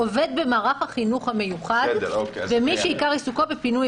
עובד במערך החינוך המיוחד ומי שעיקר עיסוקו בפינוי